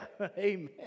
Amen